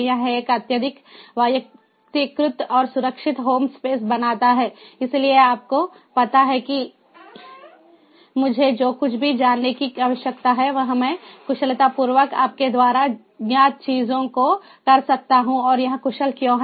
यह एक अत्यधिक वैयक्तिकृत और सुरक्षित होम स्पेस बनाता है इसलिए आपको पता है कि मुझे जो कुछ भी जानने की आवश्यकता है वह मैं कुशलतापूर्वक आपके द्वारा ज्ञात चीजों को कर सकता हूं और यह कुशल क्यों है